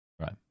Right